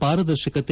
ಪಾರದರ್ಶಕತೆ